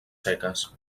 seques